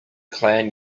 clan